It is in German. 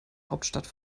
hauptstadt